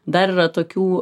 dar yra tokių